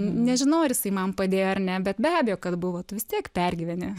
nežinau ar jisai man padėjo ar ne bet be abejo kad buvo tu vis tiek pergyveni